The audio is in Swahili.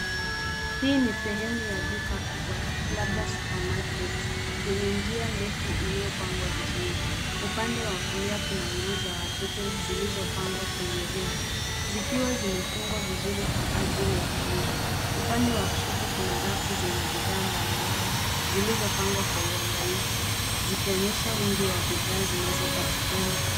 Hii ni sehemu ya duka kubwa labda supermarket yenye njia ndefu iliyopangwa vizuri. Upande wa kulia kuna nguo za watoto zilizopangwa kwenye reki zikiwa zimefungwa vizuri kwa ajili ya kuuzwa. Upande wa kushoto kuna rafu zenye bidhaa mbalimbali zilizopangwa kwa uangalifu zikionyesha wingi wa bidhaa zinazopatikana.